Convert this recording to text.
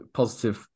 positive